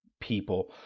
people